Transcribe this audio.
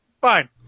fine